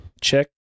Check